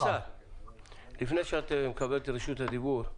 לפני שאת מקבלת את רשות הדיבור..